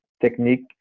technique